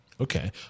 Okay